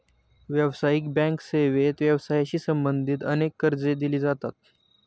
व्यावसायिक बँक सेवेत व्यवसायाशी संबंधित अनेक कर्जे दिली जातात